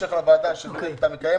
בהמשך לדיוני הוועדה שאתה מקיים,